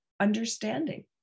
understanding